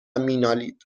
مینالید